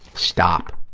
stop.